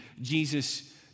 Jesus